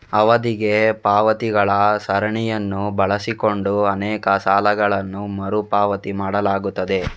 ಅವಧಿಗೆ ಪಾವತಿಗಳ ಸರಣಿಯನ್ನು ಬಳಸಿಕೊಂಡು ಅನೇಕ ಸಾಲಗಳನ್ನು ಮರು ಪಾವತಿ ಮಾಡಲಾಗುತ್ತದೆ